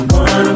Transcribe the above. one